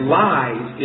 lies